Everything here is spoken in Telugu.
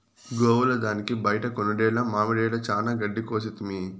గోవుల దానికి బైట కొనుడేల మామడిల చానా గెడ్డి కోసితిమి